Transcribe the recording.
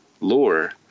Lore